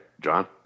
John